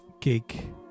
gig